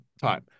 time